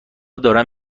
دارن